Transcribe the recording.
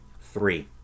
Three